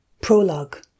Prologue